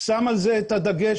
שם על זה את הדגש,